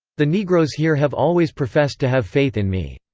the negroes here have always professed to have faith in me.